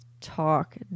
talk